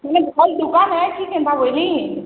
ମାନେ ଭଲ୍ ଦୁକାନ୍ ଆଏ କି କେନ୍ତା ବଇଲି